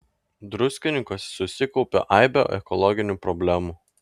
druskininkuose susikaupė aibė ekologinių problemų